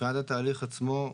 מבחינת התהליך עצמו,